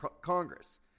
Congress